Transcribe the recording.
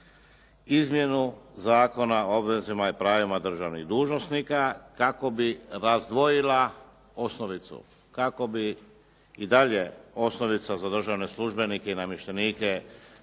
izmjenu Zakona o obvezama i pravima državnih dužnosnika kako bi razdvojila osnovicu, kako bi i dalje osnovica za državne službenike i namještenike bila